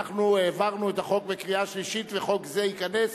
אנחנו העברנו את החוק בקריאה שלישית וחוק זה ייכנס